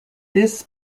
this